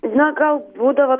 na gal būdavo